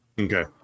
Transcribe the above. Okay